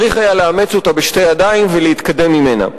צריך היה לאמץ אותה בשתי ידיים ולהתקדם ממנה.